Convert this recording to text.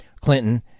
Clinton